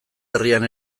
herrian